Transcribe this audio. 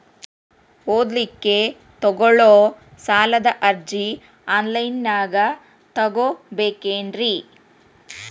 ಓದಲಿಕ್ಕೆ ತಗೊಳ್ಳೋ ಸಾಲದ ಅರ್ಜಿ ಆನ್ಲೈನ್ದಾಗ ತಗೊಬೇಕೇನ್ರಿ?